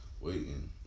Waiting